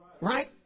Right